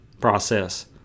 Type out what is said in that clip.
process